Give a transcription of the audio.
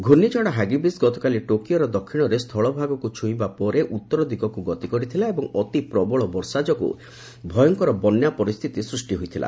ଘ୍ରର୍ଷଝଡ଼ Hagibis ଗତକାଲି ଟୋକିଓର ଦକ୍ଷିଣରେ ସ୍ଥଳଭଳଗକୁ ଛୁଇଁବା ପରେ ଉତ୍ତର ଦିଗକ୍ତ ଗତି କରିଥିଲା ଏବଂ ଅତିପ୍ରବଳ ବର୍ଷା ଯୋଗୁଁ ଭୟଙ୍କର ବନ୍ୟା ପରିସ୍ଥିତି ସୃଷ୍ଟି ହୋଇଥିଲା